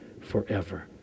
forever